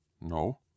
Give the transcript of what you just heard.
No